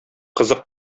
кызык